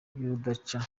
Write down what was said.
y’urudaca